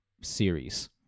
series